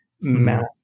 math